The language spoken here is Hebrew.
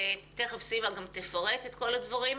ותכף סימה גם תפרט את כל הדברים.